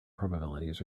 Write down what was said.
probabilities